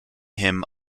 him